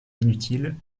inutiles